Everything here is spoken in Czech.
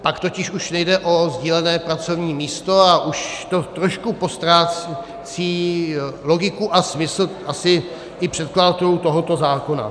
Pak totiž už nejde o sdílené pracovní místo a už to trošku postrácí logiku a smysl asi i předkladatelů tohoto zákona.